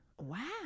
wow